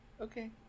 Okay